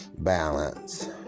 Balance